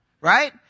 Right